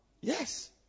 Yes